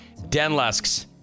Denlusks